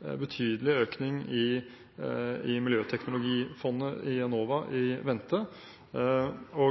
betydelig økning i miljøteknologifondet i Enova i vente,